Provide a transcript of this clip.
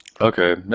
okay